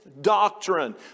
doctrine